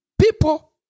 people